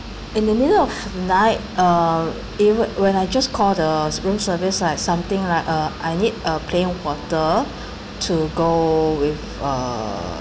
in the middle of the night uh it when I just call the room service uh something like uh I need a plain water to go with uh